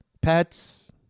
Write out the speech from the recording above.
Pets